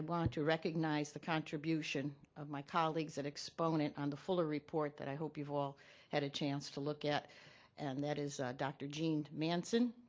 want to recognize the contribution of my colleagues at exponent on the fuller report that i hope you've all had a chance to look at and that is dr. jeanne manson,